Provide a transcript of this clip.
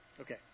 Okay